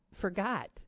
forgot